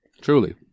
truly